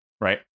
right